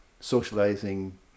socializing